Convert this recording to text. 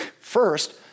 first